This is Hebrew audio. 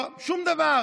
שום דבר.